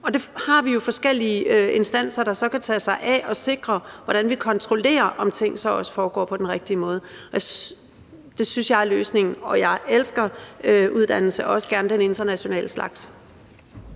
Og det har vi jo forskellige instanser, der så kan tage sig af, og som kan sikre, at vi kontrollerer, om ting også foregår på den rigtige måde. Det synes jeg er løsningen. Og jeg elsker uddannelse, også gerne den internationale slags.